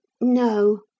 No